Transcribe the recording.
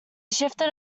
shifted